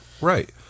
right